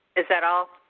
is that all?